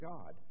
God